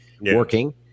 working